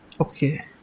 Okay